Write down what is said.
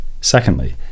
Secondly